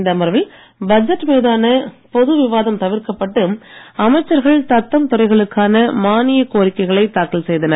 இந்த அமர்வில் பட்ஜெட் மீதான பொது விவாதம் தவிர்க்கப்பட்டு அமைச்சர்கள் தத்தம் துறைகளுக்கான மானிய கோரிக்கைகளை தாக்கல் செய்தனர்